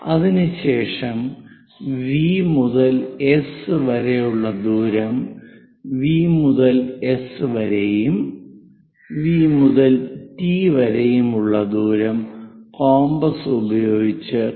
അതിനുശേഷം V മുതൽ S വരെയുള്ള ദൂരം V മുതൽ S വരെയും V മുതൽ T വരെയുമുള്ള ദൂരം കോമ്പസ് ഉപയോഗിച്ച് കണ്ടെത്തുക